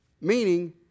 Meaning